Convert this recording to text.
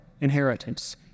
inheritance